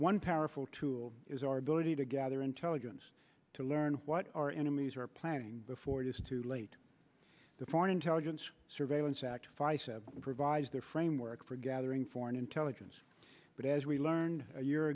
one powerful tool is our ability to gather intelligence to learn what our enemies are planning before it is too late the foreign intelligence surveillance act provides the framework for gathering foreign intelligence but as we learned a year